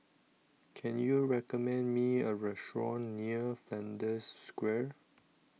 can you recommend me a restaurant near Flanders Square